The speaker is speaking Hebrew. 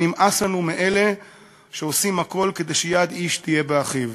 ונמאס לנו מאלה שעושים הכול כדי שיד איש תהיה באחיו.